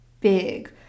big